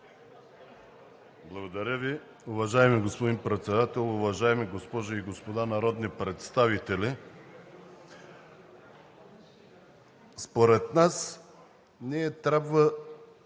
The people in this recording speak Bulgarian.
Благодаря Ви. Уважаеми господин Председател, уважаеми госпожи и господа народни представители! Според нас ние трябва